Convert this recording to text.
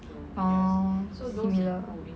oh similar